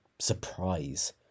surprise